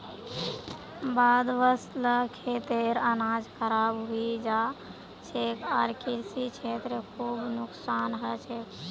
बाढ़ वस ल खेतेर अनाज खराब हई जा छेक आर कृषि क्षेत्रत खूब नुकसान ह छेक